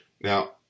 Now